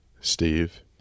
Steve